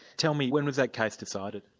tell me, when was that case decided?